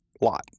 lot